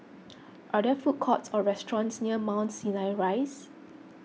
are there food courts or restaurants near Mount Sinai Rise